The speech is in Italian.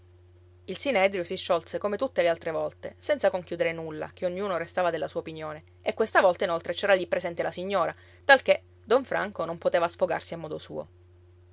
il sinedrio si sciolse come tutte le altre volte senza conchiudere nulla che ognuno restava della sua opinione e questa volta inoltre c'era lì presente la signora talché don franco non poteva sfogarsi a modo suo